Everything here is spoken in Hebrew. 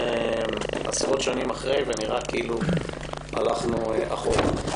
נמצאים עשרות שנים אחרי ונראה כאילו הלכנו אחורה.